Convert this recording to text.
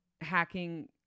hacking